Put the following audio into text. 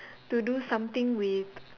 to do something with